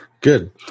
good